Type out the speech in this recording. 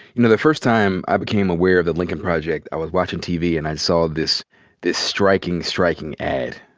you know, the first time i became aware of the lincoln project, i was watching tv and i saw this this striking, striking ad.